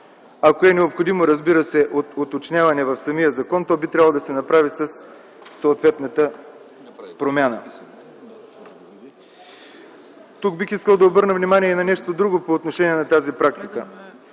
ако е необходимо уточняване в самия закон, то би трябвало да се направи със съответната промяна. Тук бих искал да обърна внимание и на нещо друго по отношение на тази практика.